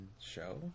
show